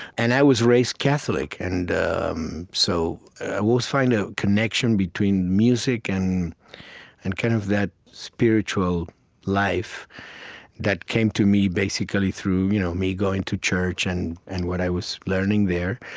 and i was raised catholic. and um so i always found a connection between music and and kind of that spiritual life that came to me, basically, through you know me going to church and and what i was learning there.